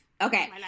Okay